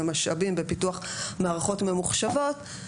במשאבים ובפיתוח מערכות ממוחשבות,